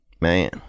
Man